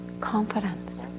confidence